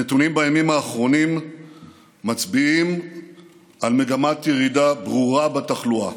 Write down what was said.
הנתונים בימים האחרונים מצביעים על מגמת ירידה ברורה בתחלואה: